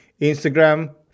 instagram